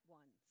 one